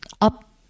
up